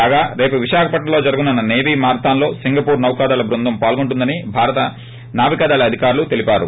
కాగా రేపు విశాఖపట్సంలో జరగనున్న సేవీ మారధాస్ లో సింగపూర్ నౌకాదళ బృందం పాల్గోనుందని నావిక దళ అధికార్లు తెలిపారు